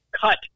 cut